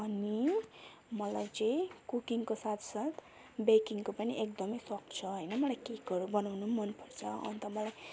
अनि मलाई चाहिँ कुकिङको साथ साथ बेकिङको पनि एकदमै सोख छ होइन मलाई केकहरू बनाउनु पनि मन पर्छ अन्त मलाई